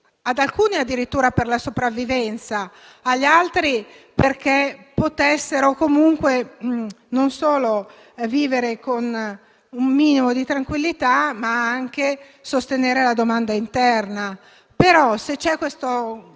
ad alcuni addirittura per la sopravvivenza, ad altri perché potessero comunque non solo vivere con un minimo di tranquillità, ma anche sostenere la domanda interna; se c'è però